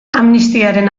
amnistiaren